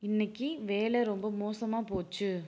இன்னிக்கு வேலை ரொம்ப மோசமாக போச்சு